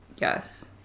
Yes